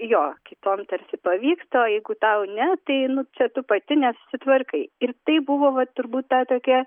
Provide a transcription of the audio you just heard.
jo kitom tarsi pavyksta o jeigu tau ne tai nu čia tu pati nesitvarkai ir tai buvo vat turbūt ta tokia